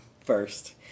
first